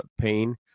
pain